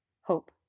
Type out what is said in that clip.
Hope